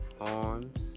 arms